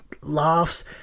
laughs